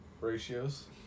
ratios